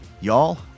Y'all